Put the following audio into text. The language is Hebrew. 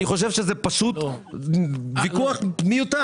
אני חושב שזה פשוט ויכוח מיותר.